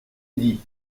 dit